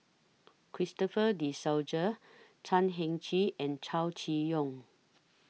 Christopher De Souza Chan Heng Chee and Chow Chee Yong